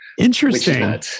Interesting